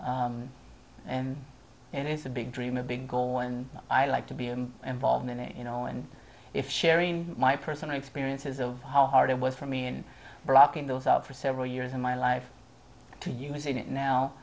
and it is a big dream a big goal and i like to be i'm involved in it you know and if sharing my personal experiences of how hard it was for me in blocking those out for several years in my life to using it now